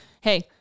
hey